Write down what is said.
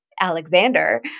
Alexander